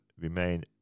remain